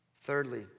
Thirdly